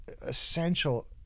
essential